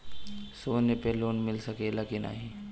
सोना पे लोन मिल सकेला की नाहीं?